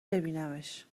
ببینمش